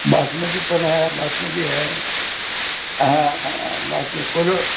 बासमती पण आहे बासमती आहे हां हं बासमती कोर